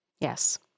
Yes